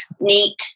neat